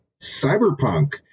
Cyberpunk